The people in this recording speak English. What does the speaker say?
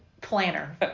planner